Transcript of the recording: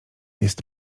jest